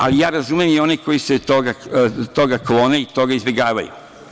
Ali, ja razumem i one koji se toga klone i izbegavaju.